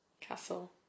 Castle